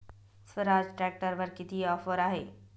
स्वराज ट्रॅक्टरवर किती ऑफर आहे?